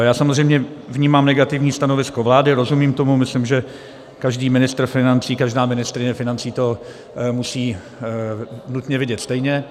Já samozřejmě vnímám negativní stanovisko vlády, rozumím tomu, myslím, že každý ministr financí, každá ministryně financí to musí nutně vidět stejně.